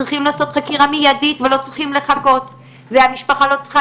צריכים לעשות חקירה מיידית ולא צריך לחכות והמשפחה לא צריכה